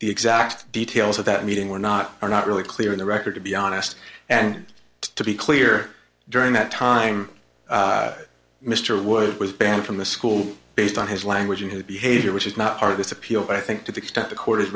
the exact details of that meeting were not are not really clear in the record to be honest and to be clear during that time mr wood was banned from the school based on his language and his behavior which is not part of this appeal but i think to the extent the court is